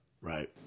Right